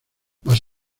más